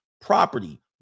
property